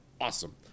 awesome